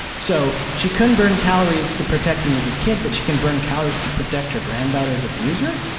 so she couldn't burn calories to protect me as a kid, but she can burn calories to protect her granddaughters' abuser?